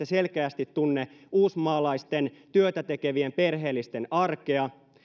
selkeästi tunne uusmaalaisten työtä tekevien perheellisten arkea